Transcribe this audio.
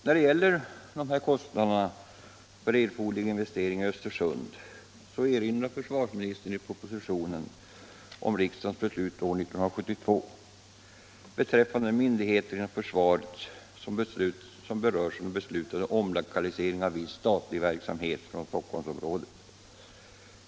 När det gäller kostnaderna för erforderliga investeringar i Östersund erinrar försvarsministern i propositionen om riksdagens beslut år 1972 beträffande de myndigheter inom försvaret som berörs av den beslutade omlokaliseringen av viss statlig verksamhet från Stockholmsområdet.